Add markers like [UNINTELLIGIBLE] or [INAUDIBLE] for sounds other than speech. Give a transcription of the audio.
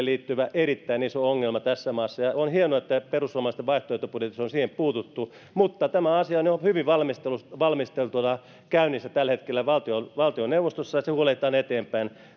[UNINTELLIGIBLE] liittyvä erittäin iso ongelma tässä maassa on hienoa että perussuomalaisten vaihtoehtobudjetissa on siihen puututtu mutta tämä asia on jo hyvin valmisteltuna käynnissä tällä hetkellä valtioneuvostossa ja se huolehditaan eteenpäin